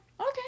Okay